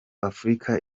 afurika